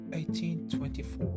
1824